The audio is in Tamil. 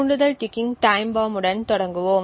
தூண்டுதல் டிக்கிங் டைம் பாம்ப் உடன் தொடங்குவோம்